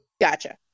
Gotcha